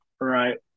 Right